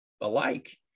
alike